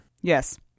Yes